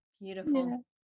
beautiful